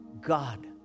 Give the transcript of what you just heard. God